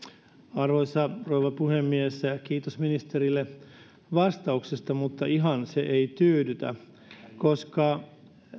arvoisa rouva puhemies kiitos ministerille vastauksesta mutta ihan se ei tyydytä koska